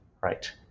right